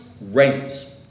reigns